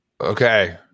Okay